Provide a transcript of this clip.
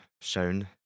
shown